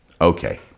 Okay